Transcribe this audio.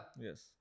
Yes